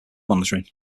monitoring